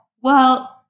well-